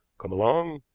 come along,